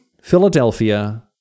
Philadelphia